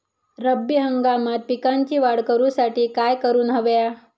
रब्बी हंगामात पिकांची वाढ करूसाठी काय करून हव्या?